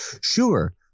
sure